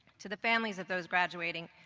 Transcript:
to the families of those graduating,